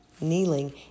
kneeling